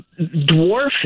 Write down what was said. dwarf